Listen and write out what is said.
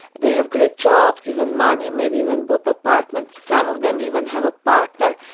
they have great jobs, even money, maybe even bought apartments. some of them even have a partner,